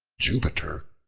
jupiter,